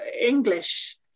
English